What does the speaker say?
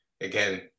again